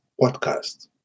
podcast